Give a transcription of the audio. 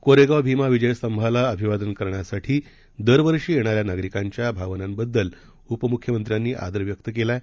कोरेगावभीमाविजयस्तंभालाअभिवादनकरण्यासाठीदरवर्षीयेणाऱ्यानागरिकांच्याभावनांबद्दलउपमुख्यमंत्र्यांनीआदरव्यक्तकेलाआहे